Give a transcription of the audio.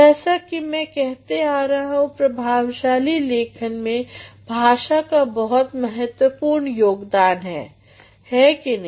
जैसा कि मै कहते आ रहा हूँ प्रभावशाली लेखन में भाषा का बहुत महत्वपूर्ण योगदान है है कि नहीं